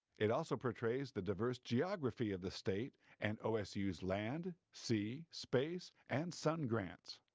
it also portrays the diverse geography of the state and osu's land, sea, space and sun grants.